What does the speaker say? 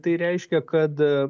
tai reiškia kad